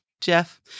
Jeff